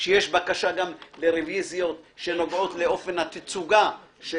שיש בקשה גם לרביזיות שנוגעות לאופן התצוגה של